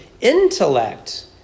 intellect